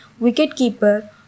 wicketkeeper